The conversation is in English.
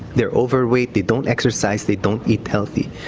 they're overweight, they don't exercise, they don't eat healthy.